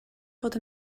fod